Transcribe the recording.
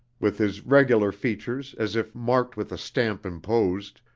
with his regular features as if marked with a stamp imposed,